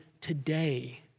today